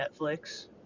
Netflix